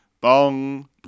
bong